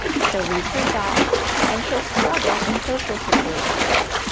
she'll lose her job and she'll struggle in social situations.